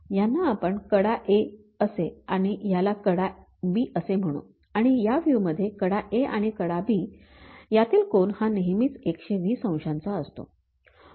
याना आपण कडा Aअसे आणि याला कडा B असे म्हणू आणि या व्ह्यू मध्ये कडा A आणि कडा B यातील कोन हा नेहमीच १२० अंशांचा असतो